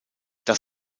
das